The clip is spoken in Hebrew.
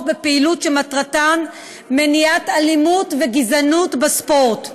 בפעילות שמטרתה מניעת אלימות וגזענות בספורט.